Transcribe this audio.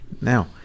Now